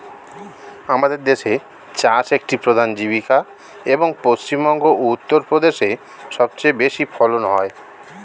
আমাদের দেশে চাষ একটি প্রধান জীবিকা, এবং পশ্চিমবঙ্গ ও উত্তরপ্রদেশে সবচেয়ে বেশি ফলন হয়